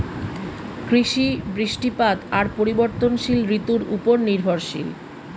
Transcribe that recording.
কৃষি, বৃষ্টিপাত আর পরিবর্তনশীল ঋতুর উপর নির্ভরশীল